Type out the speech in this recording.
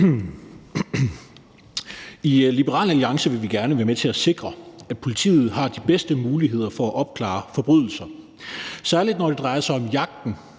I Liberal Alliance vil vi gerne være med til at sikre, at politiet har de bedste muligheder for at opklare forbrydelser, særlig når det drejer sig om jagten